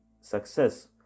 success